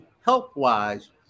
health-wise